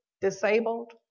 disabled